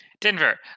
Denver